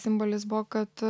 simbolis buvo kad